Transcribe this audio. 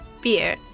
beer